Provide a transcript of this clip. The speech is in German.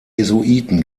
jesuiten